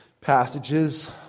passages